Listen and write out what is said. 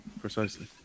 Precisely